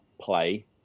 play